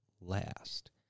last